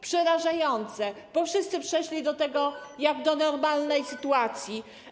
Przerażające, bo wszyscy podeszli do tego jak do normalnej sytuacji.